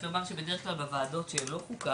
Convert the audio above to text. רק נאמר שבוועדות שהן לא חוקה,